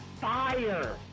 fire